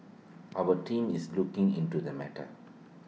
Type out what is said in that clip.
our team is looking into the matter